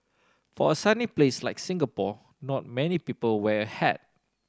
for a sunny place like Singapore not many people wear hat